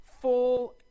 full